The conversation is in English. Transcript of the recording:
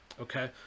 Okay